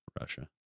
Russia